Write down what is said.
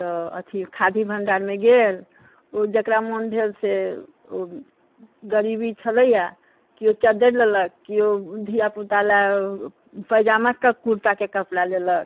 तऽ अथी खादी भण्डारमे गेल ओ जकरा मोन भेल से ओ गरीबी छलैए कियो चद्दर लेलक केओ धिया पुता लेल पैजामाके कुर्ताके कपड़ा लेलक